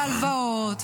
הלוואות,